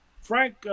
Frank